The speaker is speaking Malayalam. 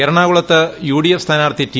എറണാകുളത്ത് യുഡിഎഫ് സ്ഥാനാർഥി ടി